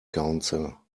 council